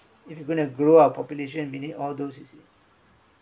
if you gonna grow our population you need all those you see